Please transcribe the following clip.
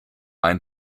ein